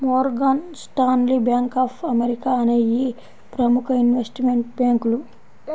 Morgan Stanley, bank of America అనేయ్యి ప్రముఖ investment బ్యేంకులు